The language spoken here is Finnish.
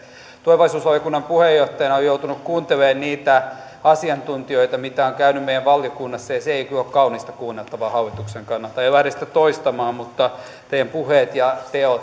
tulevaisuusvaliokunnan puheenjohtajana olen joutunut kuuntelemaan niitä asiantuntijoita joita on käynyt meidän valiokunnassamme ja se ei kyllä ole kaunista kuunneltavaa hallituksen kannalta en lähde sitä toistamaan mutta teidän puheenne ja